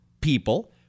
people